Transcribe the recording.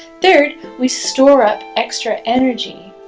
third we store up extra energy